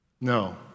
No